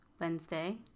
Wednesday